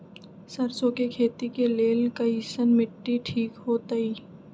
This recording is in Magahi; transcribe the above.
सरसों के खेती के लेल कईसन मिट्टी ठीक हो ताई?